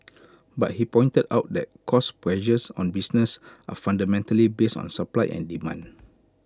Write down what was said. but he pointed out that cost pressures on businesses are fundamentally based on supply and demand